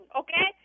okay